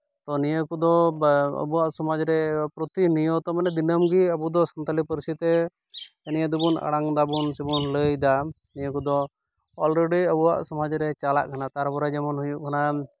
ᱛᱚ ᱱᱤᱭᱟᱹ ᱠᱚᱫᱚ ᱟᱵᱚᱣᱟᱜ ᱥᱚᱢᱟᱡ ᱨᱮ ᱯᱨᱚᱛᱤᱱᱤᱭᱚᱛᱚ ᱫᱤᱱᱟᱹᱢ ᱜᱮ ᱢᱟᱱᱮ ᱟᱵᱚ ᱫᱚ ᱥᱟᱱᱛᱟᱞᱤ ᱯᱟᱨᱥᱤ ᱛᱮ ᱱᱤᱭᱟᱹ ᱫᱚᱵᱚᱱ ᱟᱲᱟᱝ ᱫᱟᱵᱚᱱ ᱥᱮ ᱵᱚᱱ ᱞᱟᱹᱭᱫᱟ ᱱᱤᱭᱟᱹ ᱠᱚᱫᱚ ᱚᱞᱨᱮᱰᱤ ᱟᱵᱚᱣᱟᱜ ᱥᱚᱢᱟᱡ ᱨᱮ ᱪᱟᱞᱟᱜ ᱠᱟᱱᱟ ᱛᱟᱨᱯᱚᱨᱮ ᱡᱮᱢᱚᱱ ᱦᱩᱭᱩᱜ ᱠᱟᱱᱟ